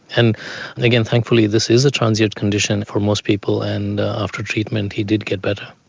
and and again, thankfully this is a transient condition for most people, and after treatment he did get better.